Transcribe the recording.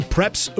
Preps